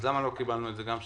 אז למה לא קיבלנו את זה גם?